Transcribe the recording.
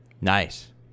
Nice